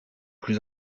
plus